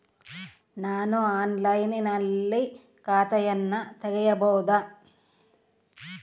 ನಾನು ಆನ್ಲೈನಿನಲ್ಲಿ ಖಾತೆಯನ್ನ ತೆಗೆಯಬಹುದಾ?